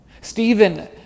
Stephen